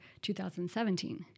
2017